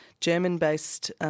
German-based